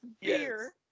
beer